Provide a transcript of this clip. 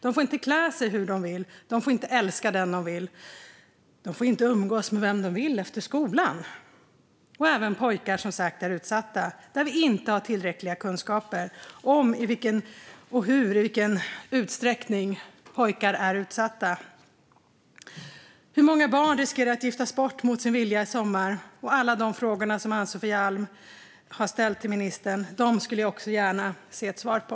De får inte klä sig hur de vill. De får inte älska den de vill. De får inte umgås med vem de vill efter skolan. Även pojkar är som sagt utsatta, men vi har inte tillräckliga kunskaper om hur och i vilken utsträckning. Hur många barn riskerar att giftas bort mot sin vilja i sommar? Alla de frågor som Ann-Sofie Alm har ställt till ministern skulle jag gärna vilja höra svar på.